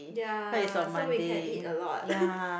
ya so we can eat a lot